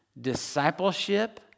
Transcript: discipleship